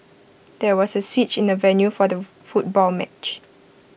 there was A switch in the venue for the foot football match